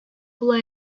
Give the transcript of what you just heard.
була